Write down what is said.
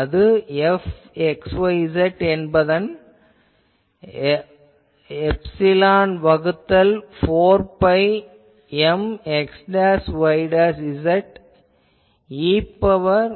அது F என்பது epsilon வகுத்தல் 4 பை Mxyz e இன் பவர்